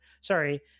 Sorry